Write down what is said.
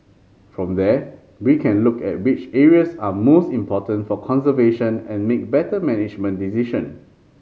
from there we can look at which areas are most important for conservation and make better management decision